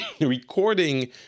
recording